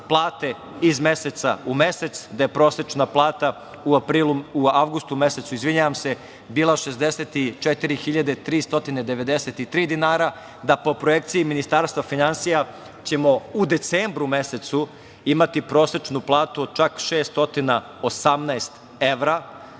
plate, iz meseca u mesec, gde je prosečna plata u avgustu mesecu bila 64.393 dinara, da po projekciji Ministarstva finansija ima ćemo u decembru mesecu imati prosečnu platu od čak 618 evra.